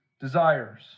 desires